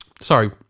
Sorry